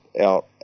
out